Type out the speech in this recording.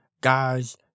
guys